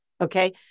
Okay